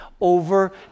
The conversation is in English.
over